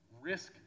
Risk